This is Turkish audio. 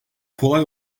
kolay